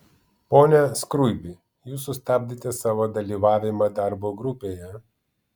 pone skruibi jūs sustabdėte savo dalyvavimą darbo grupėje